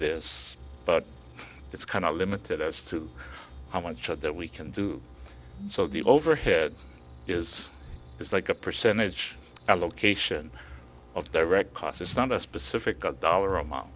this but it's kind of limited as to how much of that we can do so the overhead is it's like a percentage allocation of direct cost it's not a specific dollar amount